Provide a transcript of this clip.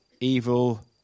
evil